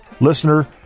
listener